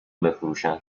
بفروشن